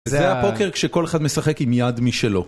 זה הפוקר כשכל אחד משחק עם יד משלו